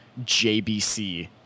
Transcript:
JBC